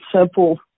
simple